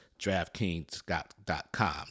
DraftKings.com